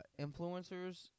influencers